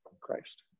Christ